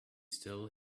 still